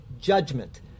judgment